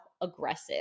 aggressive